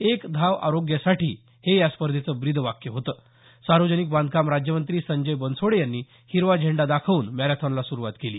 एक धाव आरोग्यासाठी हे या स्पर्धेचं ब्रीदवाक्य होतं सार्वजनिक बांधकाम राज्यमंत्री संजय बनसोडे यांनी हिरवा झेंडा दाखवून मॅरेथॉनला सुरुवात केली